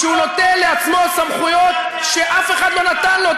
שהוא נותן לעצמו סמכויות שאף אחד לא נתן לו.